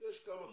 יש כמה כאלה.